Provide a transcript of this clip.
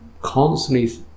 constantly